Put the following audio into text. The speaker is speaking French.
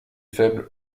faible